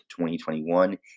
2021